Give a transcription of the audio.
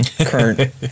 current